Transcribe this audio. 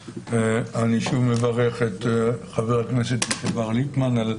אני שוב מברך את חבר הכנסת לשעבר דב ליפמן על